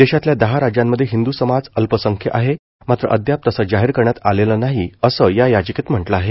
देशातल्या दहा राज्यांमध्ये हिंदू समाज अल्पसंख्य आहे मात्र अद्याप तसं जाहीर करण्यात आलेलं नाही असं या याचिकेत म्हटलं आहे